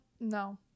no